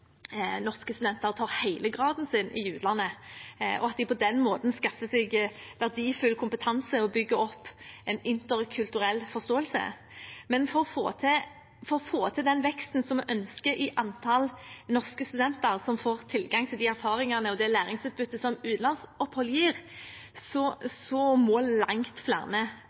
norske studenter tar hele graden sin i utlandet, og at de på den måten skaffer seg verdifull kompetanse og bygger opp en interkulturell forståelse. Men for å få til den veksten som vi ønsker i antall norske studenter som får tilgang til de erfaringene og det læringsutbyttet som utenlandsopphold gir, må langt flere